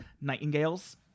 Nightingales